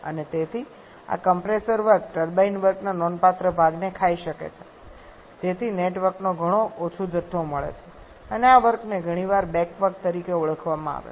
અને તેથી આ કમ્પ્રેસર વર્ક ટર્બાઇન વર્કના નોંધપાત્ર ભાગને ખાઈ શકે છે જેથી નેટ વર્કનો ઘણો ઓછો જથ્થો મળે છે અને આ વર્કને ઘણીવાર બેક વર્ક તરીકે ઓળખવામાં આવે છે